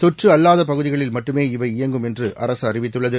தொற்று அல்லாத பகுதிகளில் மட்டுமே இவை இயங்கும் என்று அரசு அறிவித்துள்ளது